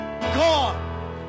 gone